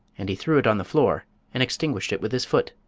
and he threw it on the floor and extinguished it with his foot.